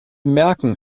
merken